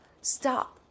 stop